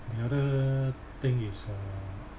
another thing is uh